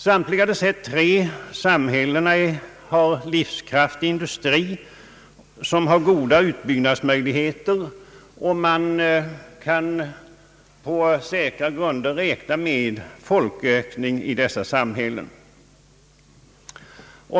Samtliga dessa tre samhällen har livskraftig industri med goda utbyggnadsmöjligheter, och man kan på säkra grunder räkna med folkökning i dem.